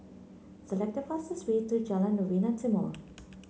select the fastest way to Jalan Novena Timor